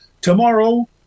Tomorrow